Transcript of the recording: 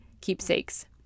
keepsakes